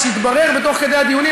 מה שהתברר תוך כדי הדיונים,